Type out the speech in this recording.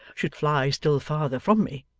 should fly still farther from me.